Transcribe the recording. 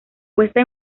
puesta